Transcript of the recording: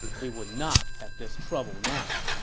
we would not have this trouble now.